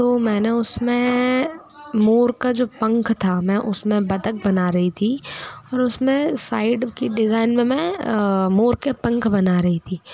तो मैंने उसमे मोर का जो पंख था मैं उसमे बत्तख बना रही थी और उसमे साइड की डिज़ाइन में मैं मोर के पंख बना रही थी